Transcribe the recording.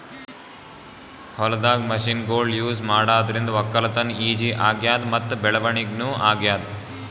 ಹೊಲ್ದಾಗ್ ಮಷಿನ್ಗೊಳ್ ಯೂಸ್ ಮಾಡಾದ್ರಿಂದ ವಕ್ಕಲತನ್ ಈಜಿ ಆಗ್ಯಾದ್ ಮತ್ತ್ ಬೆಳವಣಿಗ್ ನೂ ಆಗ್ಯಾದ್